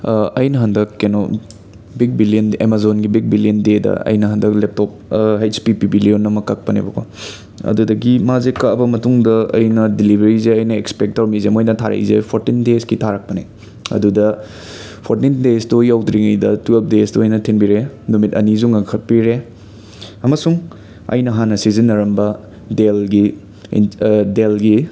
ꯑꯩꯅ ꯍꯟꯗꯛ ꯀꯩꯅꯣ ꯕꯤꯛ ꯕꯤꯂꯤꯌꯟ ꯑꯃꯥꯖꯣꯟꯒꯤ ꯕꯤꯛ ꯕꯤꯂꯤꯌꯟ ꯗꯦꯗ ꯑꯩꯅ ꯍꯟꯗꯛ ꯂꯦꯞꯇꯣꯞ ꯑꯩꯆ ꯄꯤ ꯄꯦꯚꯤꯂꯤꯌꯟ ꯑꯃ ꯀꯛꯄꯅꯦꯕ ꯑꯗꯨꯗꯒꯤ ꯃꯥꯖꯦ ꯀꯛꯑꯕ ꯃꯇꯨꯡꯗ ꯑꯩꯅ ꯗꯤꯂꯤꯚꯔꯤꯁꯦ ꯑꯩꯅ ꯑꯦꯛꯁꯄꯦꯛ ꯇꯧꯔꯃꯤꯖꯦ ꯃꯣꯏꯅ ꯊꯥꯔꯛꯏꯁꯦ ꯐꯣꯔꯇꯤꯟ ꯗꯦꯁꯀꯤ ꯊꯥꯔꯛꯄꯅꯦ ꯑꯗꯨꯗ ꯐꯣꯔꯇꯤꯟ ꯗꯦꯖꯇꯣ ꯌꯧꯗ꯭ꯔꯤꯉꯩꯗ ꯇꯨꯌꯦꯜꯞ ꯗꯦꯖꯇ ꯑꯣꯏꯅ ꯊꯤꯟꯕꯤꯔꯛꯑꯦ ꯅꯨꯃꯤꯠ ꯑꯅꯤꯁꯨ ꯉꯟꯈꯠꯄꯤꯔꯦ ꯑꯃꯁꯨꯡ ꯑꯩꯅ ꯍꯥꯟꯅ ꯁꯤꯖꯤꯟꯅꯔꯝꯕ ꯗꯦꯜꯒꯤ ꯗꯦꯜꯒꯤ